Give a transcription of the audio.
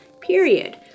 period